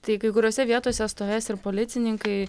tai kai kuriose vietose stovės ir policininkai